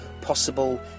possible